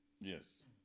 Yes